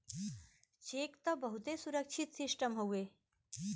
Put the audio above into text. check त बहुते सुरक्षित सिस्टम हउए